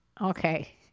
Okay